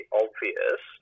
obvious